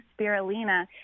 spirulina